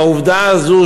בעובדה הזאת,